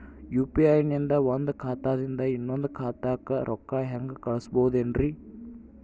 UPI ನಿಂದ ಒಂದ್ ಖಾತಾದಿಂದ ಇನ್ನೊಂದು ಖಾತಾಕ್ಕ ರೊಕ್ಕ ಹೆಂಗ್ ಕಳಸ್ಬೋದೇನ್ರಿ?